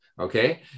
okay